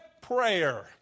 prayer